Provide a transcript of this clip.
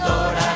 Lord